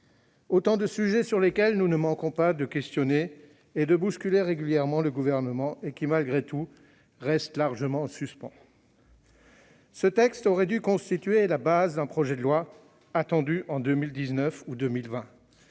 Autant de sujets sur lesquels nous ne manquons pas d'interroger et de bousculer régulièrement le Gouvernement et qui, malgré tout, restent largement en suspens ... Ce texte aurait dû constituer la base d'un projet de loi attendu en 2019 ou 2020.